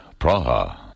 Praha